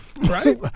Right